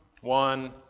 one